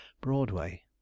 broadway